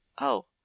Oh